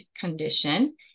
condition